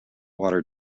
water